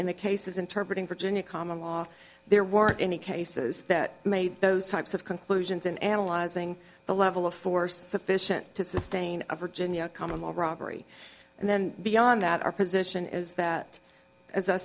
in the cases interpret in virginia common law there weren't any cases that made those types of conclusions in analyzing the level of force sufficient to sustain a virginia commonwealth robbery and then beyond that our position is that as i